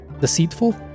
deceitful